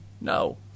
No